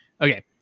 okay